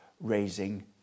Raising